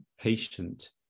patient